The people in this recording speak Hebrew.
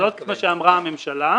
לא, זה מה שאמרה הממשלה.